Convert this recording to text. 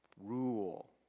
rule